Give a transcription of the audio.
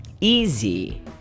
Easy